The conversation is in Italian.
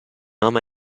ama